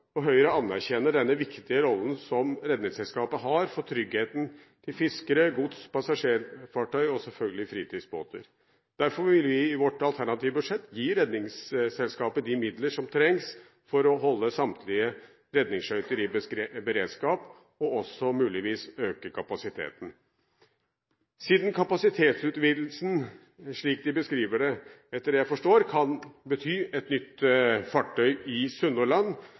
og Høyre anerkjenner den viktige rollen som Redningsselskapet har for tryggheten til fiskere, gods- og passasjerfartøy og selvfølgelig fritidsbåter. Derfor vil vi i vårt alternative budsjett gi Redningsselskapet de midler som trengs for å holde samtlige redningsskøyter i beredskap og muligvis også øke kapasiteten. Siden kapasitetsutvidelsen, slik de beskriver det, og etter det jeg forstår, kan bety et nytt fartøy i